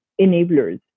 enablers